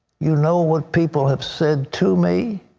you know what people have said to me.